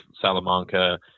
Salamanca